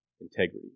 integrity